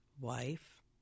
wife